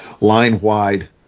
line-wide